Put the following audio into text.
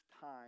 time